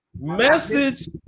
Message